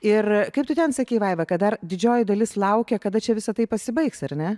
ir kaip tu ten sakei vaiva kad dar didžioji dalis laukia kada čia visa tai pasibaigs ar ne